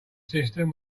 system